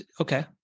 Okay